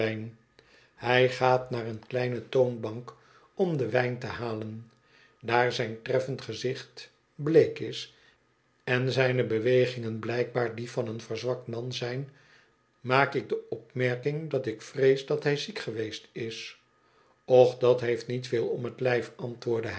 hij gaat naar een kleine toonbank om den wijn te halen daar zijn treffend gezicht bleek is en zijne bewegingen blijkbaar die van een verzwakt man zijn maak ik de opmerking dat ik vrees dat hij ziek geweest is och dat heeft niet veel om t lijf